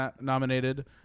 nominated